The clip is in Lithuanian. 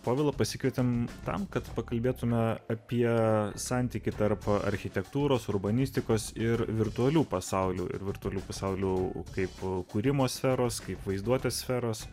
pagal pasikvietėme tam kad pakalbėtumėme apie santykį tarp architektūros urbanistikos ir virtualių pasaulių ir virtualių pasaulių kaip kūrimo sferos kaip vaizduotės sferos